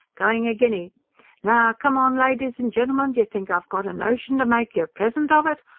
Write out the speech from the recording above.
going a guinea now, come on, ladies and gen'elmen! d'ye think i've got a notion to make you a present of it?